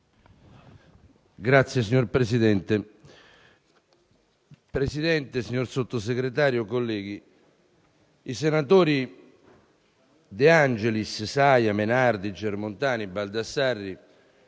*(FLI)*. Signor Presidente, signor Sottosegretario, colleghi, i senatori De Angelis, Saia, Menardi, Germontani e Baldassarri